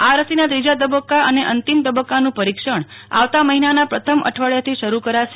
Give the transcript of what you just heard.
આ રસોના ત્રીજા તબકકા અને અંતિમ તબકકાનું પરિક્ષણ આવતા મહિનાના પ્રથ મ અઠવાડીયાથી શરૂ કરાશે